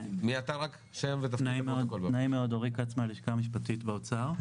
אני אורי כץ מהלשכה המשפטית באוצר.